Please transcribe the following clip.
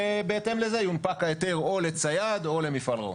ובהתאם לזה יונפק ההיתר או לצייד או למפעל ראוי.